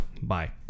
bye